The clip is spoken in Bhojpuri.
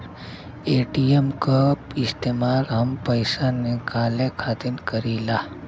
ए.टी.एम क इस्तेमाल हम पइसा निकाले खातिर करीला